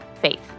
faith